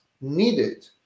needed